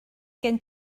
gen